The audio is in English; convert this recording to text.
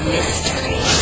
Mystery